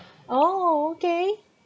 oh okay